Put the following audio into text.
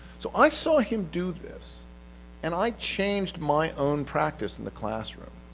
so, i saw him do this and i changed my own practice in the classroom.